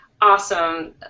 Awesome